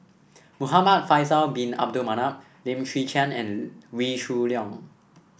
Muhamad Faisal Bin Abdul Manap Lim Chwee Chian and Wee Shoo Leong